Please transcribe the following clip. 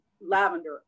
lavender